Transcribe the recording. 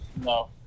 No